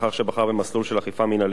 לאחר שבחר במסלול של אכיפה מינהלית,